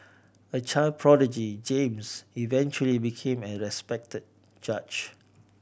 a child prodigy James eventually became a respected judge